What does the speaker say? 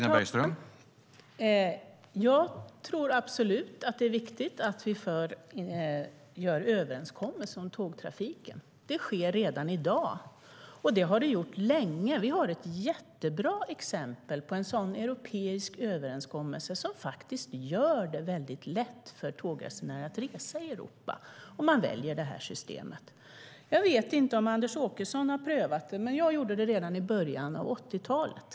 Herr talman! Jag tror absolut att det är viktigt att vi gör överenskommelser om tågtrafiken. Det sker redan i dag, och det har det gjort länge. Vi har ett jättebra exempel på en sådan europeisk överenskommelse, som faktiskt gör det väldigt lätt för tågresenärer att resa i Europa om man väljer detta system. Jag vet inte om Anders Åkesson har prövat det, men jag gjorde det redan i början av 80-talet.